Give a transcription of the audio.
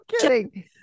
kidding